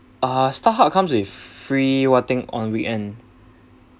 uh Starhub comes with free what thing on weekend